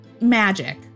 magic